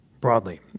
broadly